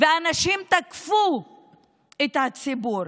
ואנשים תקפו את הציבור.